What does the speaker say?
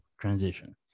transition